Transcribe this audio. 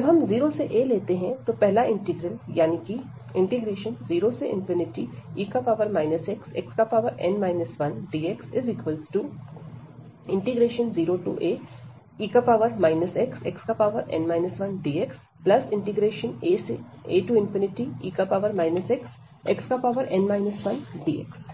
जब हम 0 से a लेते हैं तो पहला इंटीग्रल यानी कि 0e xxn 1dx0ae xxn 1dxae xxn 1dx